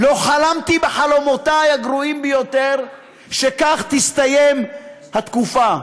לא חלמתי בחלומותי הגרועים ביותר שכך תסתיים התקופה,